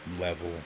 level